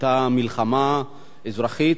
היתה מלחמה אזרחית.